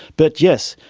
but yes,